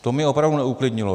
To mě opravdu neuklidnilo.